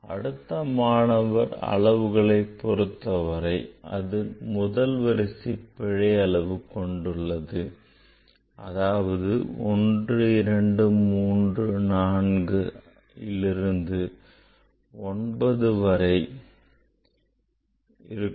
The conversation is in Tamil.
அடுத்த மாணவர் அளவுகளைப் பொறுத்தவரையில் அது முதல் வரிசை பிழையளவு கொண்டுள்ளது அதாவது 1 2 3 4 லிருந்து 9 வரை இருக்கலாம்